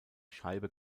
scheibe